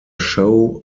show